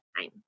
time